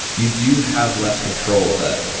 you do have less control of it,